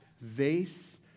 vase